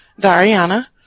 Dariana